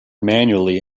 manually